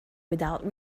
without